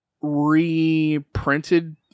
reprinted